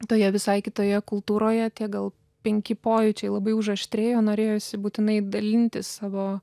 toje visai kitoje kultūroje tie gal penki pojūčiai labai užaštrėjo norėjosi būtinai dalintis savo